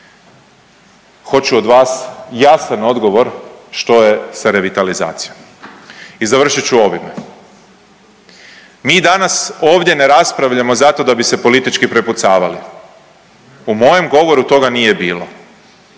Hoću od vas jasan odgovor što je sa revitalizacijom. I završit ću ovime, mi danas ovdje ne raspravljamo zato da bi se politički prepucavali u mojem govoru toga nije bilo.